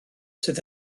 sydd